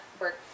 work